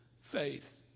faith